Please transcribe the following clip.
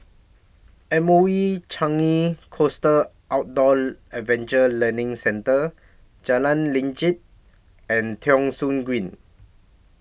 M O E Changi Coast Outdoor Adventure Learning Centre Jalan Lanjut and Thong Soon Green